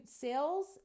sales